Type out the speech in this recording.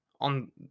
on